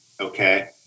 Okay